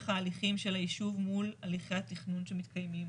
ההליכים של היישוב מול הליכי התכנון שמתקיימים.